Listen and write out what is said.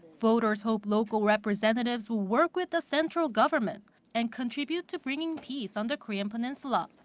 voters hope local representatives will work with the central government and contribute to bringing peace on the korean peninsula.